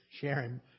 sharing